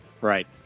Right